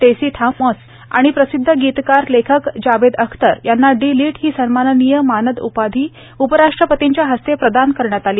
टेसी थॉमस आणि प्रसिद्ध गीतकार लेखक जावेद अख्तर यांना डी लिट ही सन्माननीय मानद उपाधी उपराष्ट्रपतींच्या हस्ते प्रदान करण्यात आली